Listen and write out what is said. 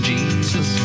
Jesus